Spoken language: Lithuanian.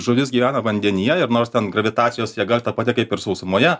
žuvis gyvena vandenyje ir nors ten gravitacijos jėga ta pati kaip ir sausumoje